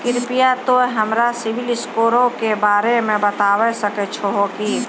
कृपया तोंय हमरा सिविल स्कोरो के बारे मे बताबै सकै छहो कि?